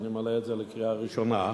אני מעלה את זה לקריאה ראשונה.